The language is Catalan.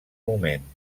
moment